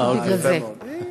בגלל זה.